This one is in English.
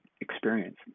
experience